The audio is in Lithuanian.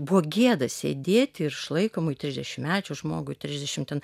buvo gėda sėdėt ir išlaikomui trisdešimtmečiui žmogui trisdešim ten